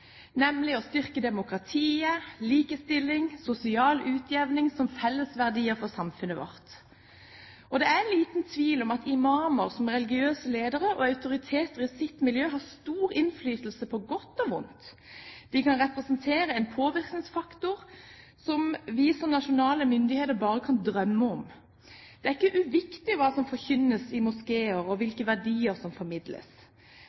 nemlig å styrke demokratiet, likestilling, sosial utjevning som felles verdier for samfunnet vårt. Og det er liten tvil om at imamer som religiøse ledere og autoriteter i sitt miljø har stor innflytelse, på godt og vondt. De kan representere en påvirkningsfaktor som vi som nasjonale myndigheter bare kan drømme om. Det er ikke uviktig hva som forkynnes i moskeer og